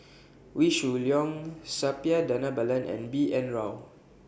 Wee Shoo Leong Suppiah Dhanabalan and B N Rao